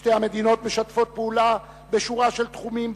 שתי המדינות משתפות פעולה בשורה של תחומים,